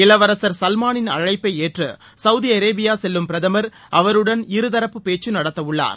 இளவரசர் சவ்மானின் அழைப்பை ஏற்று சவுதி அரேபியா செவ்லும் பிரதமர் அவருடன் இருதரப்பு பேச்சு நடத்தவுள்ளார்